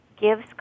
gives